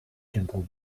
gentle